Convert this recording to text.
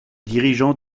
dirigeant